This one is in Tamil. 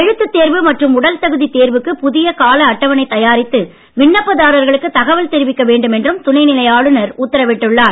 எழுத்து தேர்வு மற்றும் உடல் தகுதி தேர்வுக்கு புதிய கால அட்டவணை தயாரித்து விண்ணப்பதாரர்களுக்கு தகவல் தெரிவிக்க வேண்டும் என்றும் துணை நிலை ஆளுநர் உத்தரவிட்டுள்ளார்